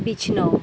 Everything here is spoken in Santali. ᱵᱤᱪᱷᱱᱟᱹ